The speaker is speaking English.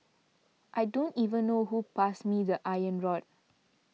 I don't even know who passed me the iron rod